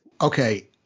Okay